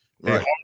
right